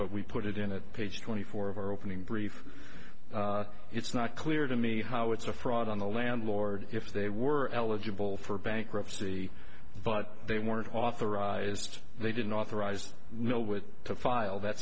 but we put it in it page twenty four of our opening brief it's not clear to me how it's a fraud on the landlord if they were eligible for bankruptcy but they weren't authorized they didn't authorize no with to file that